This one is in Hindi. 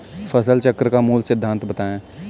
फसल चक्र का मूल सिद्धांत बताएँ?